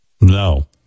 No